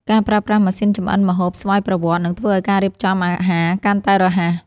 ការប្រើប្រាស់ម៉ាស៊ីនចម្អិនម្ហូបស្វ័យប្រវត្តិ នឹងធ្វើឱ្យការរៀបចំអាហារកាន់តែរហ័ស។